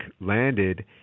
landed